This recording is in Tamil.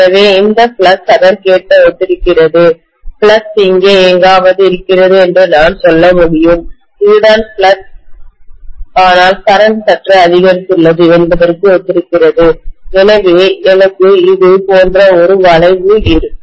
எனவே இந்த ஃப்ளக்ஸ் அதற்கேற்ப ஒத்திருக்கிறது ஃப்ளக்ஸ் இங்கே எங்காவது இருக்கிறது என்று நான் சொல்ல முடியும் இதுதான் ஃப்ளக்ஸ் ஆனால் கரண்ட் சற்று அதிகரித்துள்ளது என்பதற்கு ஒத்திருக்கிறது எனவே எனக்கு இது போன்ற ஒரு வளைவு இருக்கும்